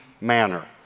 manner